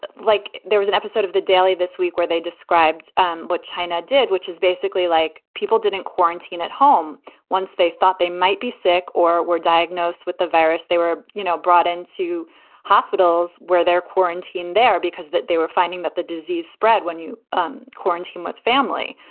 like there was an episode of the daily this week where they described um what china did, which is basically like people didn't quarantine at home once. they thought they might be sick or were diagnosed with the virus. they were, you know, brought in to hospitals where they're quarantined there because that they were finding that the disease spread when you um quarantine with family.